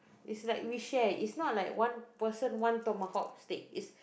it's like we share it's not like one person one Tomahawk steak is